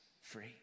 free